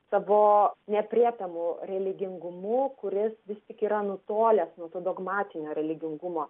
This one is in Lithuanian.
savo neaprėpiamu religingumu kuris vis tik yra nutolęs nuo to dogmatinio religingumo